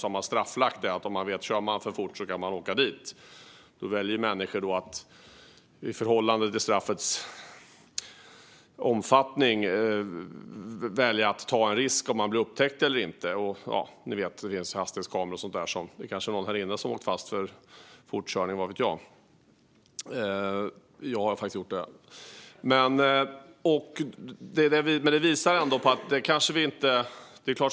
Man har straffbelagt fortkörning så att alla vet att den som kör för fort kan åka dit. Då kan människor i förhållande till straffets omfattning välja att ta en risk; ska man bli upptäckt eller inte? Det finns hastighetskameror och sådant, ni vet. Det kanske är någon här i kammaren som har åkt fast för fortkörning. Vad vet jag? Jag har faktiskt gjort det.